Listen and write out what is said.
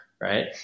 Right